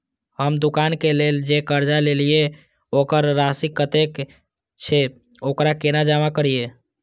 हम दुकान के लेल जे कर्जा लेलिए वकर राशि कतेक छे वकरा केना जमा करिए?